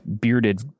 bearded